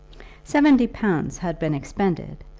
seventy pounds had been expended,